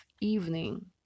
evening